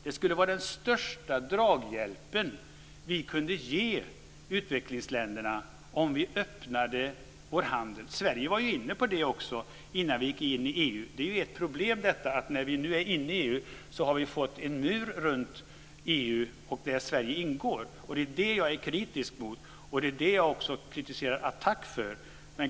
Det skulle vara den största draghjälpen vi kunde ge utvecklingsländerna om vi öppnade vår handel. Sverige var också inne på det innan vi gick in i EU. Det är ett problem när vi nu är inne i EU att vi har fått en mur runt EU, och där ingår Sverige. Det är vad jag är kritisk mot. Det kritiserar jag också ATTAC för.